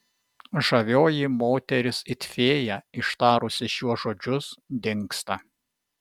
žavioji moteris it fėja ištarusi šiuos žodžius dingsta